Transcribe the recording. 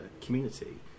community